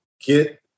get